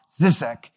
Zizek